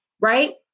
right